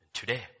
Today